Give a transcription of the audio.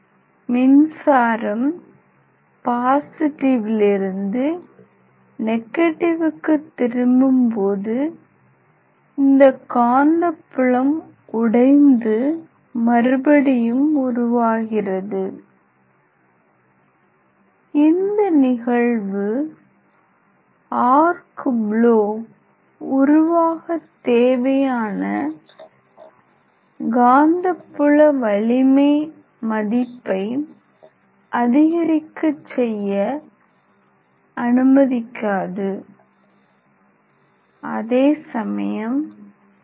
மின்சாரம் பாசிடிவிலிருந்து நெகடிவுக்கு திரும்பும்போது இந்த காந்தப்புலம் உடைந்து மறுபடியும் உருவாகிறது இந்த நிகழ்வு ஆர்க் ப்லோ உருவாக தேவையான காந்தப்புல வலிமை மதிப்பை அதிகரிக்க செய்ய அனுமதிக்காது அதே சமயம் டி